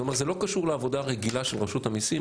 זה לא קשור לעבודה הרגילה של רשות המיסים.